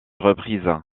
reprises